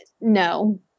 no